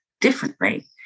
differently